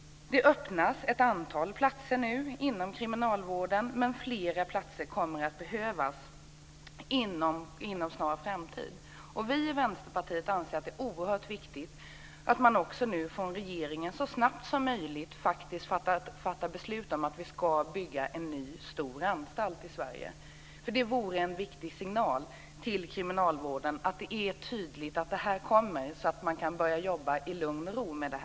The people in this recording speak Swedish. Det öppnas nu ett antal platser inom kriminalvården, men fler platser kommer att behövas inom en snar framtid. Vi i Vänsterpartiet anser att det är oerhört viktigt att man från regeringen så snabbt som möjligt fattar beslut om att vi ska bygga en ny stor anstalt i Sverige. Det vore en viktig signal till kriminalvården att det är tydligt att det kommer så att man kan börja jobba i lugn och ro med det.